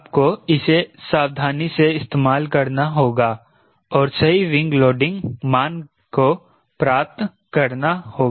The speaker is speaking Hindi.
आपको इसे सावधानी से इस्तेमाल करना होगा और सही विंग लोडिंग मान को प्राप्त करना होगा